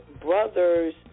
brother's